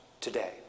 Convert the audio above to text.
today